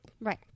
Right